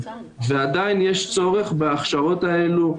ועדיין יש צורך בהכשרות האלה,